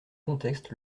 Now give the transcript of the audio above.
contexte